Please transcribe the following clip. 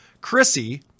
Chrissy